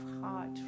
heart